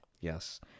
Yes